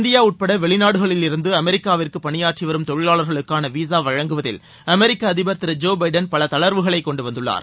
India உட்பட வெளிநாடுகளிலிருந்து அமெரிக்காவிற்கு பணியாற்றி வரும் தொழிலாளர்களுக்கான விசா வழங்குவதில் அமெரிக்க அதிபர் திரு ஜோ பைடன் பல தளர்வுகளை கொண்டு வந்துள்ளார்